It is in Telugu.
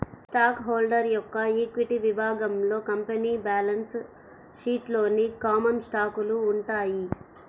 స్టాక్ హోల్డర్ యొక్క ఈక్విటీ విభాగంలో కంపెనీ బ్యాలెన్స్ షీట్లోని కామన్ స్టాకులు ఉంటాయి